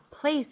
place